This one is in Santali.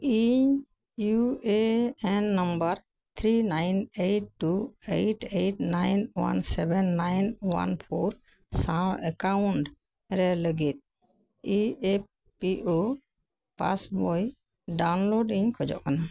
ᱤᱧ U A N number three nine eight two eight eight nine one seven nine one four ᱥᱟᱶ ᱮᱠᱟᱣᱩᱱᱴ ᱨᱮ ᱞᱟᱹᱜᱤᱫ E P F O passbook download ᱤᱧ ᱠᱷᱚᱡᱚᱜ ᱠᱟᱱᱟ